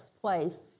place